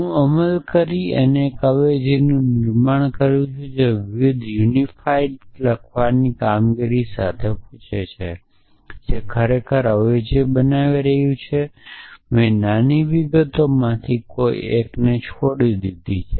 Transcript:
હું અમલ કરી એક અવેજીનું નિર્માણ કરું છું જે વિવિધ યુનિફાઇટ લખવાની કામગીરી સાથે પૂછે છે જે ખરેખર અવેજી બનાવી રહ્યું છે મેં નાની વિગતોમાંથી કોઈ એક છોડી દીધી છે